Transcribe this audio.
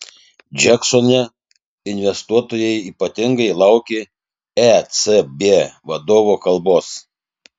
džeksone investuotojai ypatingai laukė ecb vadovo kalbos